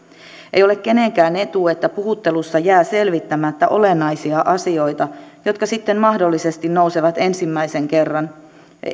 ei ole kenenkään etu että puhuttelussa jää selvittämättä olennaisia asioita jotka sitten mahdollisesti nousevat ensimmäisen kerran